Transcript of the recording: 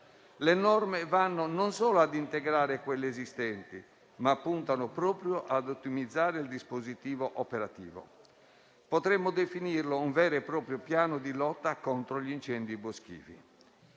Le norme vanno non solo a integrare quelle esistenti, ma puntano proprio a ottimizzare il dispositivo operativo. Potremmo definirlo un vero e proprio piano di lotta contro gli incendi boschivi.